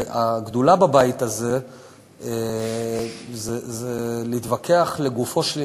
הגדולה בבית הזה זה להתווכח לגופו של עניין,